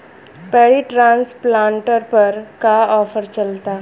Paddy transplanter पर का offer चलता?